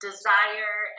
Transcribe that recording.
desire